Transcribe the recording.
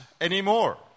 anymore